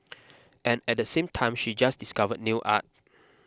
and at the same time she just discovered nail art